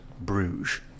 bruges